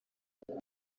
kuri